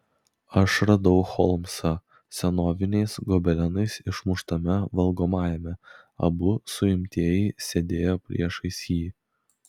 aš radau holmsą senoviniais gobelenais išmuštame valgomajame abu suimtieji sėdėjo priešais jį